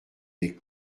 est